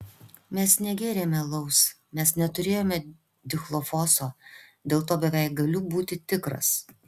mes negėrėme alaus mes neturėjome dichlofoso dėl to beveik galiu būti tikras